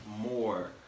more